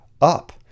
Up